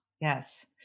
yes